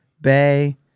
Bay